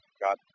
got